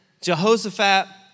Jehoshaphat